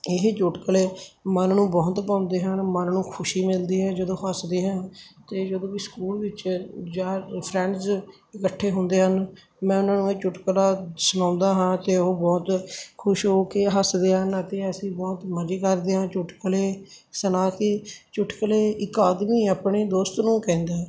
ਇਹੀ ਚੁਟਕਲੇ ਮਨ ਨੂੰ ਬਹੁਤ ਭਾਉਂਦੇ ਹਨ ਮਨ ਨੂੰ ਖੁਸ਼ੀ ਮਿਲਦੀ ਹੈ ਜਦੋਂ ਹੱਸਦੇ ਹੈ ਅਤੇ ਜਦੋਂ ਵੀ ਸਕੂਲ ਵਿੱਚ ਜਾਂ ਫਰੈਂਡਸ ਇਕੱਠੇ ਹੁੰਦੇ ਹਨ ਮੈਂ ਉਹਨਾਂ ਨੂੰ ਇਹ ਚੁਟਕਲਾ ਸੁਣਾਉਂਦਾ ਹਾਂ ਅਤੇ ਉਹ ਬਹੁਤ ਖੁਸ਼ ਹੋ ਕੇ ਹੱਸਦੇ ਆ ਨਾ ਕਿ ਅਸੀਂ ਬਹੁਤ ਮਜੇ ਕਰਦੇ ਹਾਂ ਚੁਟਕਲੇ ਸੁਣਾ ਕੇ ਚੁਟਕੁਲੇ ਇੱਕ ਆਦਮੀ ਆਪਣੇ ਦੋਸਤ ਨੂੰ ਕਹਿੰਦਾ